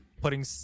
putting